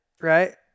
right